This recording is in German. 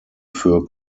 für